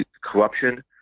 corruption